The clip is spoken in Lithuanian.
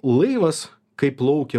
laivas kai plaukia